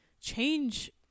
change